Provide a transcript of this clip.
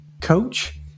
Coach